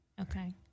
Okay